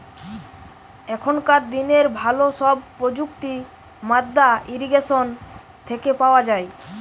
এখনকার দিনের ভালো সব প্রযুক্তি মাদ্দা ইরিগেশন থেকে পাওয়া যায়